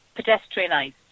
pedestrianised